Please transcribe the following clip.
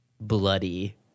bloody